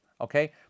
Okay